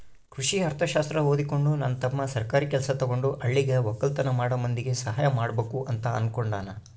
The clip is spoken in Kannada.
ಕೃಷಿ ಅರ್ಥಶಾಸ್ತ್ರ ಓದಿಕೊಂಡು ನನ್ನ ತಮ್ಮ ಸರ್ಕಾರಿ ಕೆಲ್ಸ ತಗಂಡು ಹಳ್ಳಿಗ ವಕ್ಕಲತನ ಮಾಡೋ ಮಂದಿಗೆ ಸಹಾಯ ಮಾಡಬಕು ಅಂತ ಅನ್ನುಕೊಂಡನ